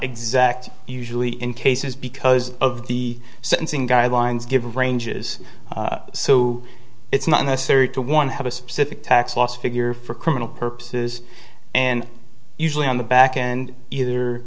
exact usually in cases because of the sentencing guidelines given ranges so it's not necessary to one have a specific tax loss figure for criminal purposes and usually on the back end either